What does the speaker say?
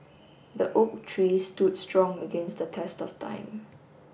the oak tree stood strong against the test of time